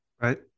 Right